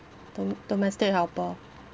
dom~ domestic helper